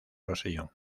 rosellón